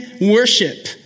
worship